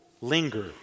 linger